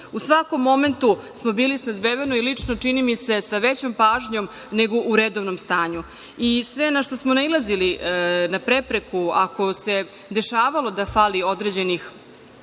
u svakom momentu smo bili snabdeveni i lično čini mi se sa većom pažnjom nego u redovnom stanju. I sve na šta smo nailazili, na prepreku ako se dešavalo da fali određenih